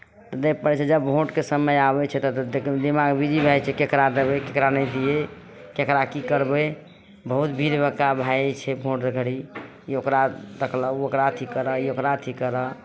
दै पड़ै छै जब भोटके समय आबै छै तऽ दिमाग बिजी भए जाइ छै ककरा देबै ककरा नहि दियै ककरा की करबै बहुत भीड़ भड़क्का भए जाइ छै भोट बेरी ई एकरा देखलक ओ ओकरा अथी कयलक अथी करह